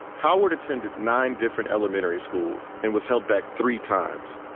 howard attended nine different elementary schools and was held back three times.